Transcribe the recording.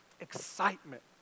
excitement